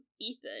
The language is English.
Ethan